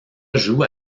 joue